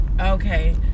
Okay